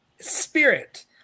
spirit